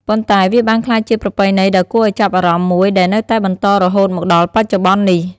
ប៉ុន្តែវាបានក្លាយជាប្រពៃណីដ៏គួរឲ្យចាប់អារម្មណ៍មួយដែលនៅតែបន្តរហូតមកដល់បច្ចុប្បន្ននេះ។